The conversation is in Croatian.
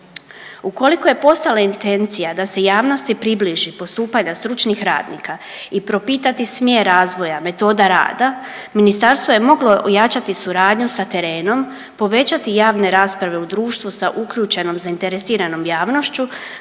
Ukoliko je postojala intencija da se javnosti približi postupanje stručnih radnika i propitati smjer razvoja, metoda rada, Ministarstvo je moglo ojačati suradnju sa terenom, povećati javne rasprave u društvu sa uključenom zainteresiranom javnošću,